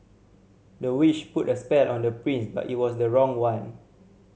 the witch put a spell on the prince but it was the wrong one